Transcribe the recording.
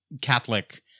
Catholic